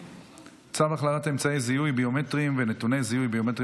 צו הכללת אמצעי זיהוי ביומטריים ונתוני זיהוי ביומטריים